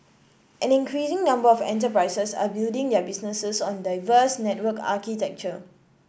an increasing number of enterprises are building their business on diverse network architecture